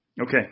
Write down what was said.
Okay